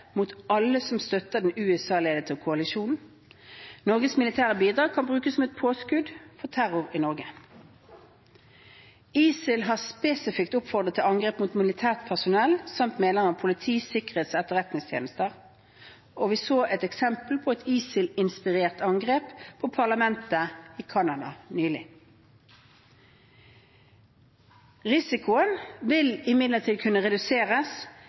mot alle som støtter den USA-ledede koalisjonen. Norges militære bidrag kan brukes som et påskudd for terror i Norge. ISIL har spesifikt oppfordret til angrep mot militært personell samt medlemmer av politi-, sikkerhets- og etterretningstjenester. Vi så et eksempel på et ISIL-inspirert angrep på parlamentet i Canada nylig. Risikoen vil imidlertid kunne reduseres